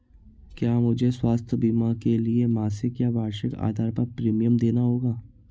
क्या मुझे स्वास्थ्य बीमा के लिए मासिक या वार्षिक आधार पर प्रीमियम देना होगा?